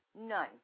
none